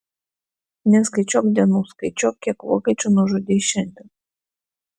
neskaičiuok dienų skaičiuok kiek vokiečių nužudei šiandien